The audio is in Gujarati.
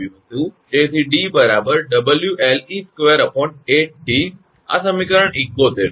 તેથી 𝑑 𝑊𝐿𝑒2 8𝑇 આ સમીકરણ 71 છે બરાબર